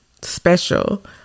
special